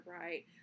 right